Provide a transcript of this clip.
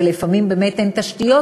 ולפעמים באמת אין תשתיות,